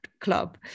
club